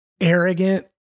arrogant